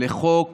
לחוק